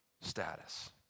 status